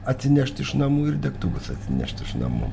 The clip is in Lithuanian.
atsinešt iš namų ir degtukus atsinešt iš namų